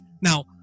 now